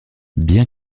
bien